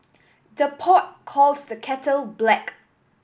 the pot calls the kettle black